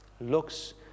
looks